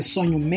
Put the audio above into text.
Sonho